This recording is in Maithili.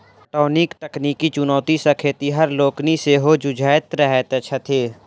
पटौनीक तकनीकी चुनौती सॅ खेतिहर लोकनि सेहो जुझैत रहैत छथि